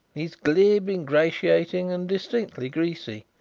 he is glib, ingratiating, and distinctly greasy.